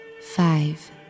Five